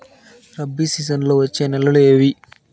రబి సీజన్లలో వచ్చే నెలలు ఏవి?